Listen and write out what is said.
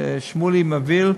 ושמולי מעביר.